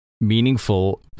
meaningful